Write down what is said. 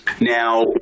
Now